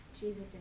Jesus